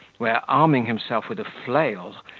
where, arming himself with a flail,